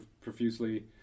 profusely